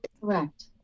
correct